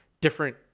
different